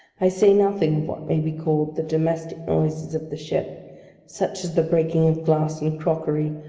i say nothing of what may be called the domestic noises of the ship such as the breaking of glass and crockery,